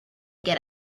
get